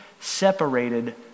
separated